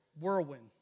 whirlwind